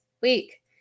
week